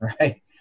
right